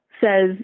says